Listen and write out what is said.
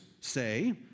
say